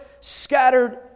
scattered